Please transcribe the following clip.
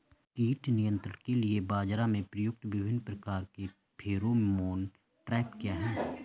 कीट नियंत्रण के लिए बाजरा में प्रयुक्त विभिन्न प्रकार के फेरोमोन ट्रैप क्या है?